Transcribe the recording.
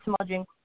smudging